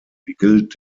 gilt